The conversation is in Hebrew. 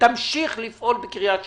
תמשיך לפעול בקריית שמונה.